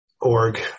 org